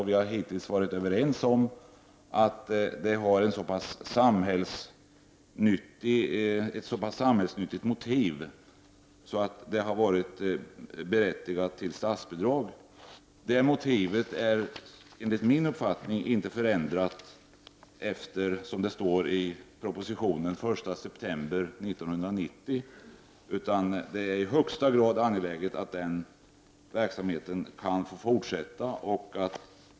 Vi har också varit överens om att detta sker av ett så pass samhällsnyttigt motiv att verksamheten är berättigad till statsbidrag. Detta motiv är enligt min uppfattning inte förändrat efter den 1 september 1990, det datum som anges i propositionen. Det är tvärtom i högsta grad angeläget att denna verksamhet kan fortsätta.